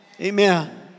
Amen